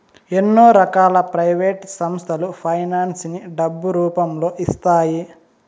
ఎన్నో రకాల ప్రైవేట్ సంస్థలు ఫైనాన్స్ ని డబ్బు రూపంలో ఇస్తాయి